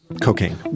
cocaine